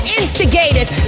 instigators